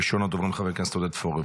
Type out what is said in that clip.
ראשון הדוברים, חבר הכנסת עודד פורר.